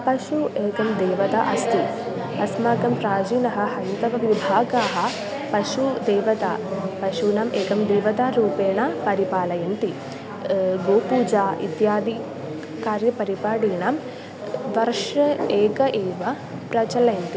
पशुः एकं देवता अस्ति अस्माकं प्राचीनः हैन्दवविभागाः पशुं देवता पशूनाम् एकं देवता रूपेण परिपालयन्ति गोपूजा इत्यादि कार्यपरिपालनं वर्षे एक एव प्रचलन्ति